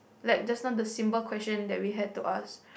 like just now the simple question that we had to ask